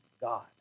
God